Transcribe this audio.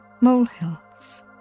molehills